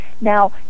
Now